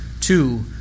Two